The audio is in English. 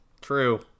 True